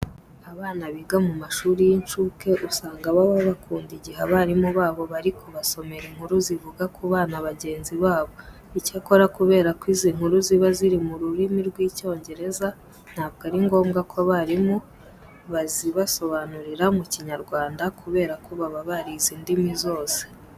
Abana biga mu mashuri y'incuke usanga baba bakunda igihe abarimu babo bari kubasomera inkuru zivuga ku bana bagenzi babo. Icyakora kubera ko izi nkuru ziba ziri mu rurimi rw'Icyongereza ntabwo ari ngombwa ko abarimu bazibasobanurira mu Kinyarwanda kubera ko baba barize indimi zose.